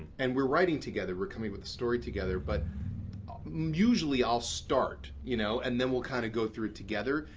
and we're writing together, we're coming up with the story together, but usually i'll start you know and then we'll kind of go through it together.